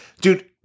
dude